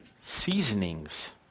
seasonings